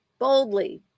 Boldly